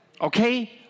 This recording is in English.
Okay